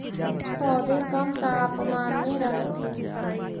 कुछ पौधे कम तापमान में रहथिन